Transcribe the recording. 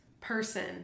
person